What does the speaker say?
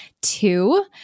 Two